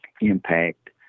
impact